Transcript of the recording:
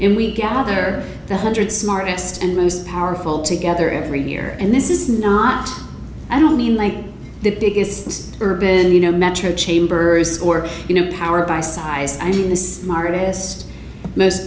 and we gather the hundred smartest and most powerful together every year and this is i don't mean like the biggest urban you know metro chamber you know powered by size i mean this marist most